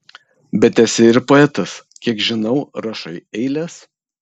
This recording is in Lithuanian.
bet esi ir poetas kiek žinau rašai eiles